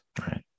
right